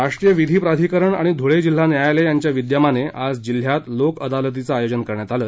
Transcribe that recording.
राष्ट्रीय विधी प्राधिकरण आणि धुळे जिल्हा न्यायालय यांच्या विद्यमाने आज जिल्ह्यात लोकअदालतीचं आयोजन करण्यात आलं